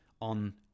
on